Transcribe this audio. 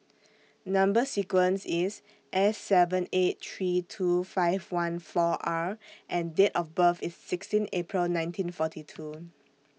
Number sequence IS S seven eight three two five one four R and Date of birth IS sixteen April nineteen forty two